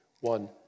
one